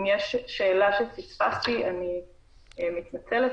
אם יש שאלה שפיספסתי, אני מתנצלת.